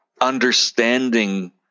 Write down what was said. understanding